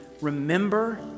remember